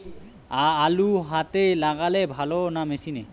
আলু হাতে লাগালে ভালো না মেশিনে?